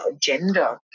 gender